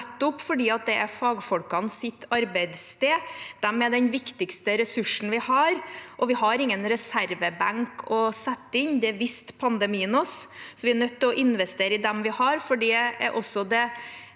fordi det er fagfolkenes arbeidssted. De er den viktigste ressursen vi har, og vi har ingen reservebenk å sette inn. Det viste pandemien oss. Vi er nødt til å investere i dem vi har,